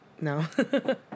no